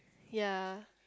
ya